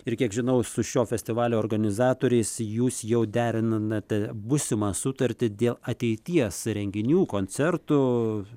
ir kiek žinau su šio festivalio organizatoriais jūs jau derinate būsimą sutartį dėl ateities renginių koncertų